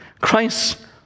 Christ